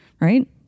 Right